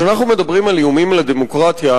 כשאנחנו מדברים על איומים על הדמוקרטיה,